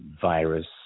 virus